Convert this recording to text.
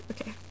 okay